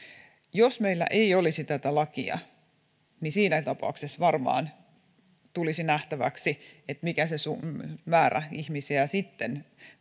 jos meillä ei olisi tätä lakia niin siinä tapauksessa varmaan tulisi nähtäväksi mikä määrä ihmisiä sitten